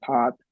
Pop